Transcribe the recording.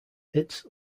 its